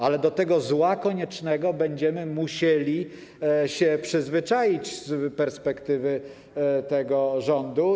Ale do tego zła koniecznego będziemy musieli się przyzwyczaić z perspektywy tego rządu.